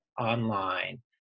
online